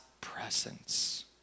presence